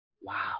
Wow